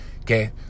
Okay